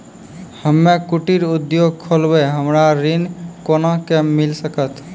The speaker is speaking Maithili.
हम्मे कुटीर उद्योग खोलबै हमरा ऋण कोना के मिल सकत?